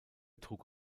trug